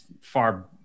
far